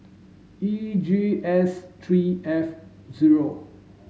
E G S three F zero